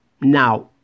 Now